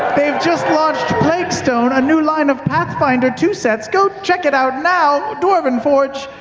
they've just launched plaguestone, a new line of pathfinder two sets. go check it out now, dwarven forge.